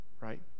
right